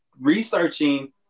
researching